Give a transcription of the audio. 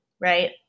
Right